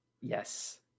yes